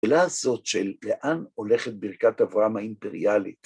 שאלה הזאת של לאן הולכת ברכת אברהם האימפריאלית.